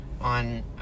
on